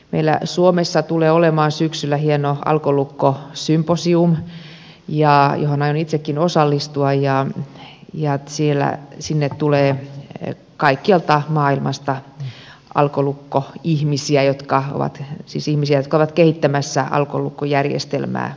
meillä suomessa tulee olemaan syksyllä hieno alkolukkosympo sium johon aion itsekin osallistua ja sinne tulee kaikkialta maailmasta alkolukkoihmisiä siis ihmisiä jotka ovat kehittämässä alkolukkojärjestelmää eri puolilla maailmaa